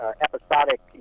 episodic